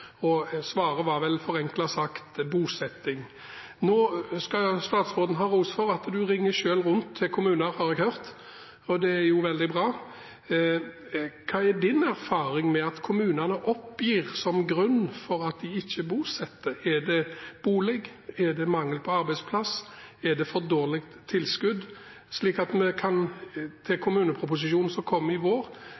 flaskehals. Svaret var vel, forenklet sagt, bosetting. Nå skal statsråden ha ros for at hun selv ringer rundt til kommuner, har jeg hørt, og det er veldig bra. Hva er statsrådens erfaring med hensyn til hva kommunene oppgir som grunn for at de ikke bosetter? Er det mangel på boliger, er det mangel på arbeidsplasser, er det for dårlige tilskudd? Hva har en erfart når det gjelder dette, slik at